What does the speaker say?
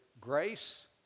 grace